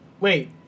wait